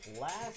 Last